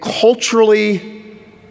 culturally